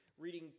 reading